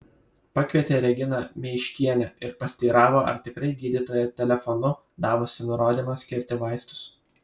pakvietė reginą meištienę ir pasiteiravo ar tikrai gydytoja telefonu davusi nurodymą skirti vaistus